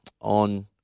on